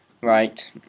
Right